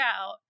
out